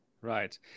Right